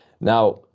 Now